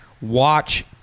watch